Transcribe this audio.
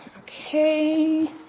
Okay